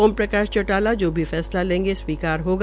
ओम प्रकाश चौटाला जो भी फैसला लेंगे स्वीकार होगा